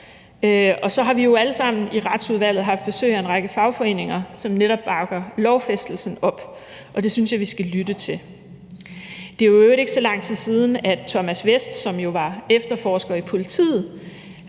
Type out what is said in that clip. Og så har vi jo alle sammen i Retsudvalget haft besøg af en række fagforeninger, som netop bakker lovfæstelsen op, og det synes jeg vi skal lytte til. Det er i øvrigt ikke så lang tid siden, at Thomas Vesth, som jo var efterforsker i politiet,